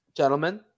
Gentlemen